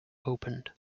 opened